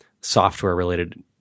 software-related